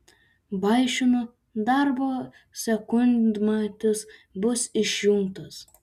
vaišinu darbo sekundmatis bus išjungtas